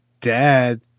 dad